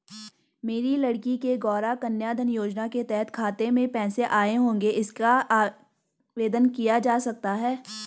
मेरी लड़की के गौंरा कन्याधन योजना के तहत खाते में पैसे आए होंगे इसका कैसे आवेदन किया जा सकता है?